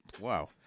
wow